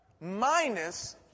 minus